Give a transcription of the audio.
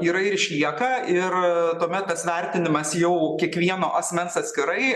yra ir išlieka ir tuomet tas vertinimas jau kiekvieno asmens atskirai